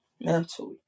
mentally